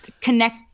connect